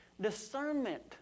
discernment